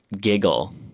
giggle